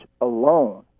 alone